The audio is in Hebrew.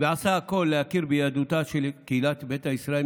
ועשה הכול להכיר ביהדותה של קהילת ביתא ישראל,